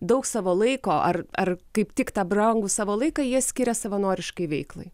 daug savo laiko ar ar kaip tik tą brangų savo laiką jie skiria savanoriškai veiklai